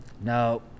No